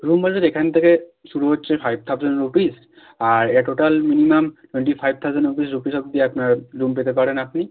room budget এখান থেকে শুরু হচ্ছে ফাইভ থাউসেন্ড রুপিস আর এ total minimum twenty five thousand rupees rupees অবদি আপনারা রুম পেতে পারেন আপনি